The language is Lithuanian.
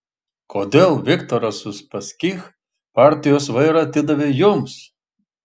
kodėl viktoras uspaskich partijos vairą atidavė jums